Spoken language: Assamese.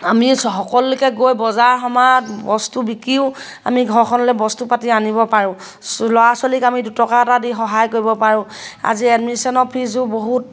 আমি চ সকলোলৈকে গৈ বজাৰ সমাৰ বস্তু বিকিও আমি ঘৰখনলৈ বস্তু পাতি আনিব পাৰোঁ ল'ৰা ছোৱালীক আমি দুটকা এটা দি সহায় কৰিব পাৰোঁ আজি এডমিশ্যনৰ ফিজো বহুত